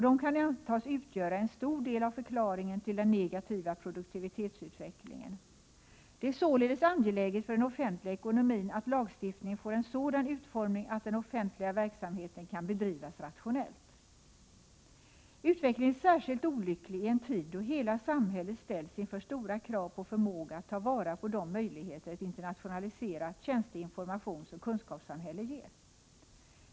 Det kan antas utgöra en stor del av förklaringen till den negativa produktivitetsutvecklingen. Det är således angeläget för den offentliga ekonomin att lagstiftningen får en sådan utformning att den offentliga verksamheten kan bedrivas rationellt. Utvecklingen är särskilt olycklig i en tid då hela samhället ställs inför stora krav på förmåga att ta vara på de möjligheter ett internationaliserat tjänste-, informationsoch kunskapssamhälle ger.